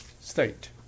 state